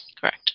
Correct